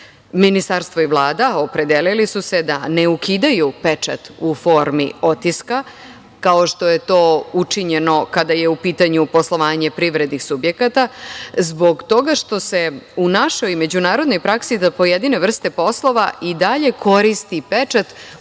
Ministarstvo i Vlada opredelili su se da ne ukidaju pečat u formi otiska, kao što je u pitanju poslovanje privrednih subjekata zbog toga što se u našoj međunarodnoj praksi u pojedinim vrstama poslova i dalje koristi pečat